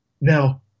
Now